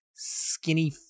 skinny